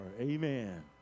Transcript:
Amen